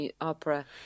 opera